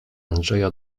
andrzeja